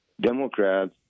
Democrats